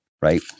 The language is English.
right